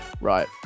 right